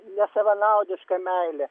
nesavanaudiška meilė